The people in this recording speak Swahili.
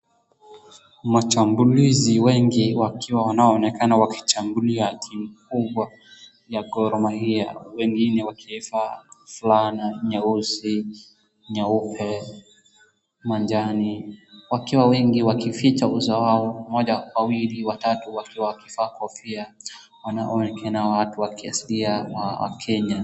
Mashambulizi wengi wakiwa wanaonekana wakishambulia timu kubwa ya Gor Mahia wengine wakivaa fulana nyeusi, nyeupe, majani, wakiwa wengi wakificha uso wao, mmoja, wawili, watatu wakivaa kofia wanaonekana watu wakisaidia wakenya.